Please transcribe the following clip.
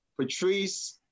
Patrice